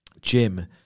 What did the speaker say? Jim